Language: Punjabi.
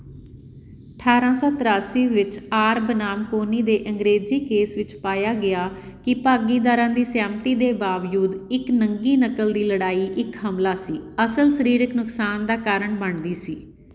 ਅਠਾਰਾਂ ਸੌ ਤਰਾਸੀ ਵਿੱਚ ਆਰ ਬਨਾਮ ਕੋਨੀ ਦੇ ਅੰਗਰੇਜ਼ੀ ਕੇਸ ਵਿੱਚ ਪਾਇਆ ਗਿਆ ਕਿ ਭਾਗੀਦਾਰਾਂ ਦੀ ਸਹਿਮਤੀ ਦੇ ਬਾਵਜੂਦ ਇੱਕ ਨੰਗੀ ਨਕਲ ਦੀ ਲੜਾਈ ਇੱਕ ਹਮਲਾ ਸੀ ਅਸਲ ਸਰੀਰਕ ਨੁਕਸਾਨ ਦਾ ਕਾਰਨ ਬਣਦੀ ਸੀ